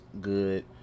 good